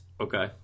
Okay